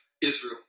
Israel